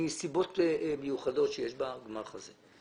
מסיבות מיוחדות שיש בגמ"ח הזה.